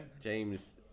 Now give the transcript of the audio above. James